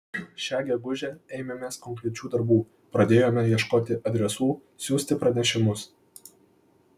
šią gegužę ėmėmės konkrečių darbų pradėjome ieškoti adresų siųsti pranešimus